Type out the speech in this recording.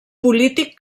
polític